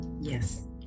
Yes